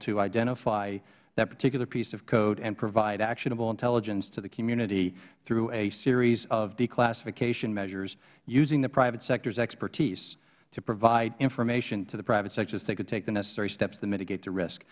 to identify that particular piece of code and provide actionable intelligence to the community through a series of declassification measures using the private sector's expertise to provide information to the private sector so they could take the necessary steps to mitigate the risk